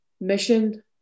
mission